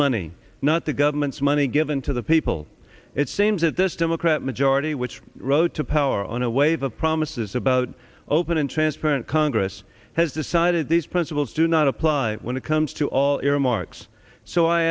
money not the government's money given to the people it seems that this democrat majority which wrote to power on a wave of promises about open and transparent congress has decided these principles do not apply when it comes to all